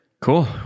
Cool